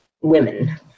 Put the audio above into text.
women